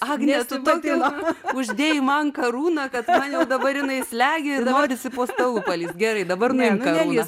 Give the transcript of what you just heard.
agne tu tokią man uždėjai man karūną kad man jau dabar jinai slegia ir norisi po stalu palįst gerai dabar nuimk karūną